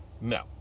No